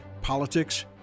politics